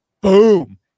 boom